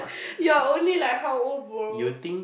yeah only like how old brother